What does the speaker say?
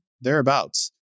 Thereabouts